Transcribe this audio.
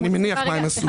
סליחה,